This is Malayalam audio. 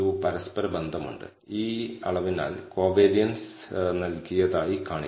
പ്രത്യേകിച്ച് β̂1 ന്റേത് നോർമൽ ഡിസ്ട്രിബൂഷൻ ആണെന്ന് കാണിക്കാം